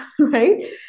Right